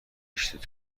قسمت